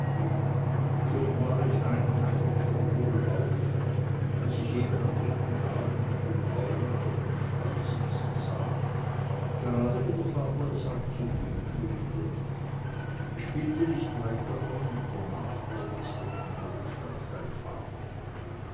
schon war ich ganz einheimisch und wohlauf als ich eben am dritten abend den bauern vor dem stall sitzen sah gerade wie der vater es auch zu tun pflegte ich spielte nicht weit davon und der nachälteste knabe stand beim vater